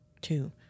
Two